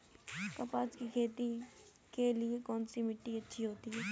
कपास की खेती के लिए कौन सी मिट्टी अच्छी होती है?